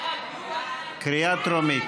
קריאה טרומית.